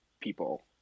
people